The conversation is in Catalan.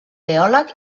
teòleg